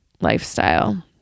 lifestyle